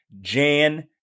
Jan